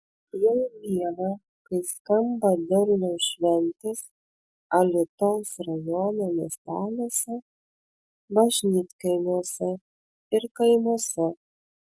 jau mėnuo kai skamba derliaus šventės alytaus rajono miesteliuose bažnytkaimiuose ir kaimuose